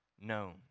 known